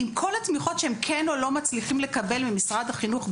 עם כל התמיכות שהם כן או לא מצליחים לקבל ממשרד החינוך,